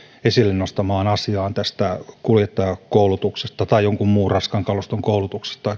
esille nostamaan asiaan kuljettajakoulutuksesta tai jonkun muun raskaan kaluston koulutuksesta